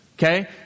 Okay